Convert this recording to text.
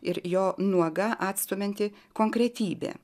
ir jo nuoga atstumianti konkretybė